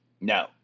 No